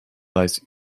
weiß